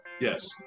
yes